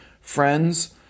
friends